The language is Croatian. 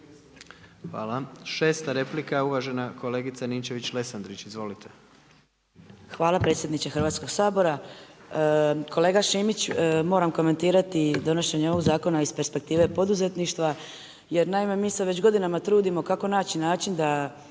Hvala. Šesta replika je uvažena kolegica Ninčević-Lesandrić. Izvolite. **Ninčević-Lesandrić, Ivana (MOST)** Hvala predsjedniče Hrvatskog sabora. Kolega Šimić, moram komentirati donošenje ovog zakona iz perspektive poduzetništva, jer naime mi se već godinama trudimo kako naći način da